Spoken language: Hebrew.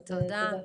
תודה.